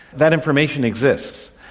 that information exists,